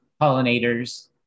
pollinators